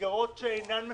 למסגרות שאינן מפוקחות.